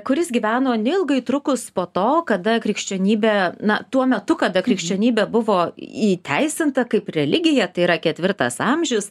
kuris gyveno neilgai trukus po to kada krikščionybė na tuo metu kada krikščionybė buvo įteisinta kaip religija tai yra ketvirtas amžius